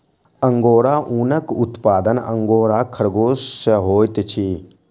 angora ऊनक उत्पादन angora खरगोश सॅ होइत अछि